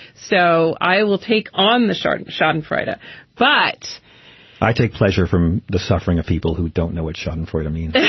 so i will take on the shard and schadenfreude ah but i take pleasure from the suffering of people who don't know what schadenfreude i mean